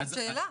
זאת שאלה.